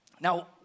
Now